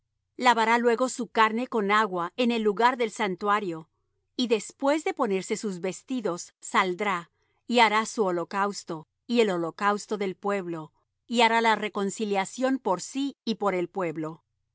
lavará luego su carne con agua en el lugar del santuario y después de ponerse sus vestidos saldrá y hará su holocausto y el holocausto del pueblo